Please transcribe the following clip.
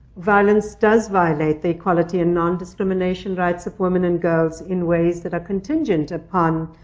violence does violate the equality and nondiscrimination rights of women and girls in ways that are contingent upon,